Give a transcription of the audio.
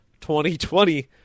2020